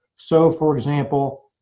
so for example,